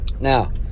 Now